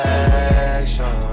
action